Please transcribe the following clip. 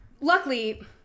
luckily